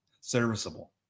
serviceable